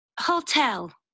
Hotel